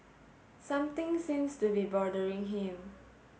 something seems to be bothering him